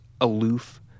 aloof